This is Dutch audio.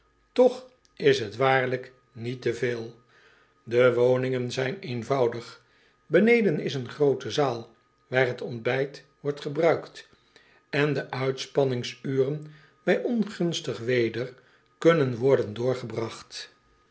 toch is het waarlijk niet te veel de woningen zijn eenvoudig beneden is een groote zaal waar het ontbijt wordt gebruikt en de uitspanningsuren bij ongunstig weder kunnen worden doorgebragt